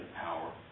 power